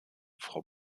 frau